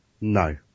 No